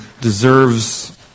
deserves